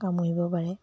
কামুৰিব পাৰে